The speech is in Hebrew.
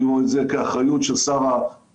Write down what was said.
אני רואה את זה כאחריות של שר הבט"פ